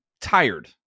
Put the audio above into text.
tired